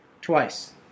Twice